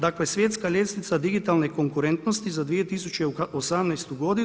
Dakle, svjetska ljestvica digitalne konkurentnosti za 2018.